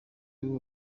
b’u